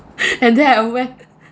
and then I aware